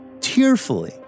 tearfully